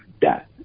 death